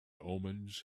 omens